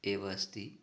एव अस्ति